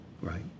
Right